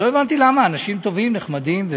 לא הבנתי למה, אנשים טובים ונחמדים.